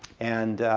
and.